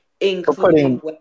including